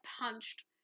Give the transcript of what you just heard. punched